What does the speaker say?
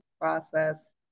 process